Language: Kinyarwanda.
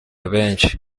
benshi